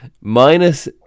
minus